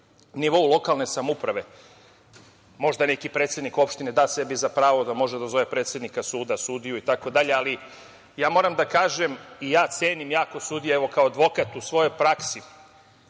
nivou lokalne samouprave, možda neki predsednik opštine da sebi za pravo da može da zove predsednika suda, sudiju itd, ali moram da kažem da cenim jako sudije, evo, kao advokat u svojoj praksi.